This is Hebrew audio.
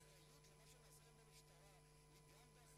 אני מבקשת לצרף את חבר הכנסת גאלב מג'אדלה.